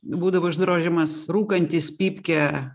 būdavo išdrožiamas rūkantis pypkę